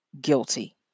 guilty